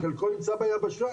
וחלקו נמצא ביבשה,